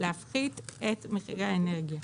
להפחית את מחירי האנרגיה.